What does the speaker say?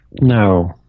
No